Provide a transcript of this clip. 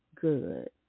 good